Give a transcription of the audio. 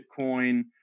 Bitcoin